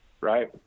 right